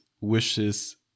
wishes